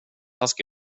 fast